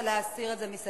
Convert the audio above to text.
זה להסיר את זה מסדר-היום,